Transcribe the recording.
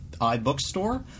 iBookstore